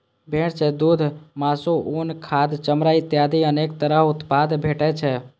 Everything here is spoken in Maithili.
भेड़ सं दूघ, मासु, उन, खाद, चमड़ा इत्यादि अनेक तरह उत्पाद भेटै छै